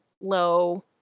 low